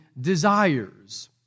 desires